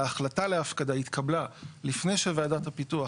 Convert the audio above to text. ההחלטה להפקדה התקבלה לפני שוועדת הפיתוח